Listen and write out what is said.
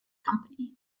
company